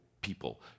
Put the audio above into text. people